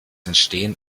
entstehen